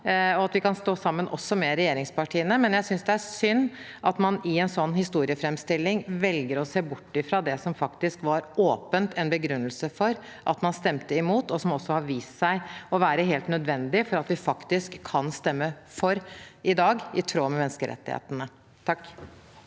vi kan stå sammen også med regjeringspartiene, men jeg synes det er synd at man i en sånn historieframstilling velger å se bort fra det som faktisk åpent var en begrunnelse for at man stemte imot, og som har vist seg å være helt nødvendig for at vi faktisk kan stemme for i dag, i tråd med menneskerettighetene.